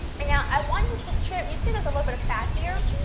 and now, i want you to choose you see there is a little bit of fat here,